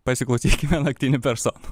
pasiklausykime naktinių personų